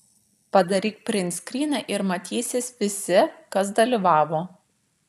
padaryk printskryną ir matysis visi kas dalyvavo